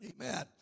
amen